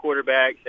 quarterbacks